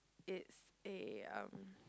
it's a um